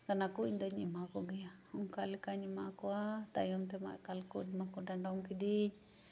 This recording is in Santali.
ᱤᱧ ᱫᱩᱧ ᱮᱢᱟ ᱠᱚᱜᱮᱭᱟ ᱚᱱᱠᱟ ᱞᱮᱠᱟᱧ ᱮᱢᱟ ᱠᱚᱣᱟ ᱛᱟᱭᱚᱢ ᱛᱮᱢᱟ ᱮᱠᱟᱞ ᱛᱮ ᱤᱧ ᱢᱟᱠᱚ ᱰᱟᱸᱰᱚᱢ ᱠᱤᱫᱤᱧ